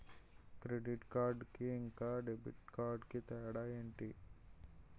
Credit card కి ఇంకా debit card కి తేడా ఏంటి?